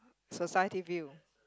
society view